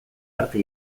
arte